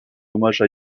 hommage